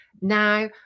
Now